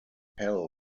hell